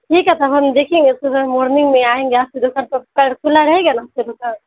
ٹھیک ہے تو ہم دیکھیں گے صبح مارننگ میں آئیں گے آپ کی دکان پر پر کھلا رہے گا نا صبح تو